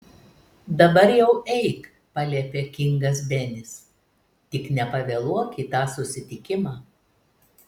dabar jau eik paliepė kingas benis tik nepavėluok į tą susitikimą